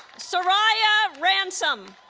saryah ransom